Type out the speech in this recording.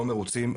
לא מרוצים,